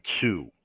two